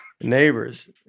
neighbors